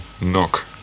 knock